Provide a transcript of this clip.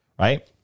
right